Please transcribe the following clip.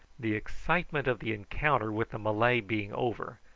the excitement of the encounter with the malay being over,